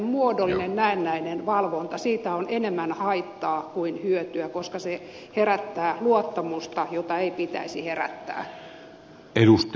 tämmöisestä muodollisesta näennäisestä valvonnasta on enemmän haittaa kuin hyötyä koska se herättää luottamusta jota ei pitäisi herättää